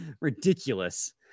ridiculous